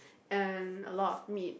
and a lot of meat